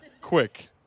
Quick